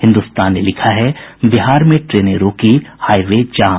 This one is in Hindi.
हिन्दुस्तान ने लिखा है बिहार में ट्रेनें रोकी हाई वे जाम